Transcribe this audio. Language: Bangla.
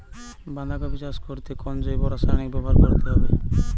বাঁধাকপি চাষ করতে কোন জৈব রাসায়নিক ব্যবহার করতে হবে?